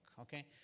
okay